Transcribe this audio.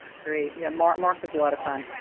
great. yeah, mark. mark has a lot of fun.